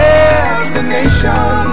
Destination